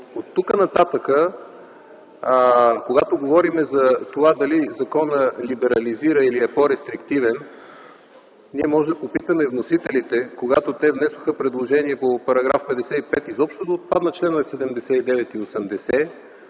Оттук нататък, когато говорим дали законът либерализира или е по-рестриктивен, ние можем да попитаме вносителите, когато те внесоха предложения по § 55 изобщо да отпаднат членове 79 и 80,